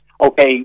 okay